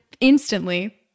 instantly